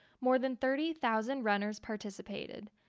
more than thirty thousand runners participated.